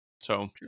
So-